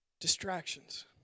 Distractions